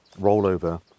rollover